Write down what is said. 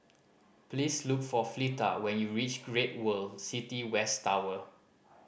please look for Fleeta when you reach Great World City West Tower